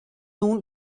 nun